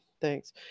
Thanks